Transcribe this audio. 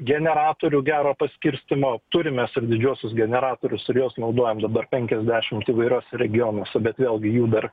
generatorių gero paskirstymo turime su didžiuosius generatorius ir juos naudojam dabar penkiasdešimt įvairiuose regionuose bet vėlgi jų dar